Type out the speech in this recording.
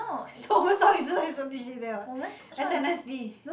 what s_n_s_d